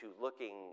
looking